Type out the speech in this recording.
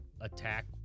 attack